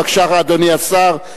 בבקשה, אדוני השר.